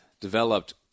developed